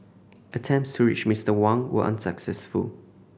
attempts to reach Mister Wang were unsuccessful